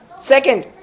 second